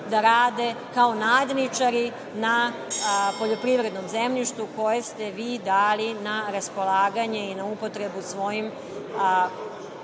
da rade kao nadničari na poljoprivrednom zemljištu koje ste vi dali na raspolaganje i na upotrebu svojim poslovnim